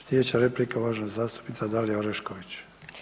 Slijedeća replika uvažena zastupnica Dalija Orešković.